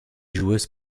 joueuses